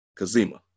Kazima